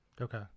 Okay